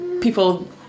people